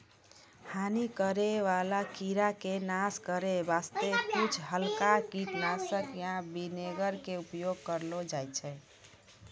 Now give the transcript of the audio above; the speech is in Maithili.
हानि करै वाला कीड़ा के नाश करै वास्तॅ कुछ हल्का कीटनाशक या विनेगर के उपयोग करलो जाय छै